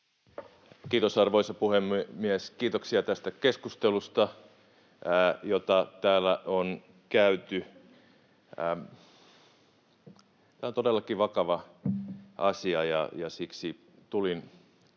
Kiitos, arvoisa puhemies! Kiitoksia tästä keskustelusta, jota täällä on käyty. Tämä on todellakin vakava asia, ja siksi tulin tähän